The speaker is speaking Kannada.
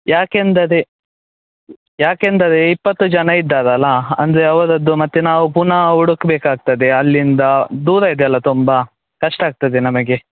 ಯಾಕೆಂದರೆ ಯಾಕೆಂದರೆ ಇಪ್ಪತ್ತು ಜನ ಇದ್ದಾರಲ್ಲ ಅಂದರೆ ಅವರದ್ದು ಮತ್ತೆ ನಾವು ಪುನಃ ಹುಡುಕ್ಬೇಕಾಗ್ತದೆ ಅಲ್ಲಿಂದ ದೂರ ಇದೆ ಅಲ್ಲಾ ತುಂಬ ಕಷ್ಟ ಆಗ್ತದೆ ನಮಗೆ